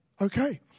okay